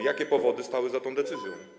Jakie powody stały za tą decyzją?